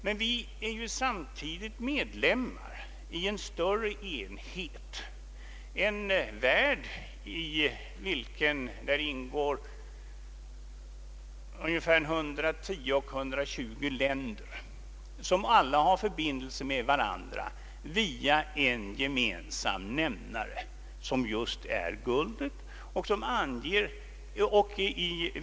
Men vi är samtidigt medlemmar i en större enhet, Internationella valutafonden, i vilken ingår 110— 120 länder som alla har förbindelser med varandra via en gemensam nämnare, som just är guldet.